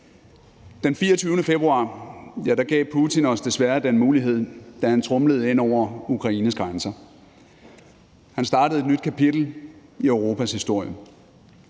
Den 24. februar gav Putin os desværre den mulighed, da han tromlede ind over Ukraines grænser. Han startede et nyt kapitel i Europas historie.